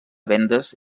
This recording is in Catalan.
vendes